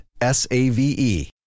S-A-V-E